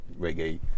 reggae